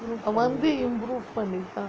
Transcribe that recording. வந்து:vanthu improve பண்ணிருக்கான்:pannirukkan